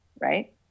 right